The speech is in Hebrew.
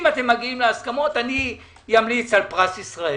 אם תגיעו להסכמות, אמליץ על פרס ישראל.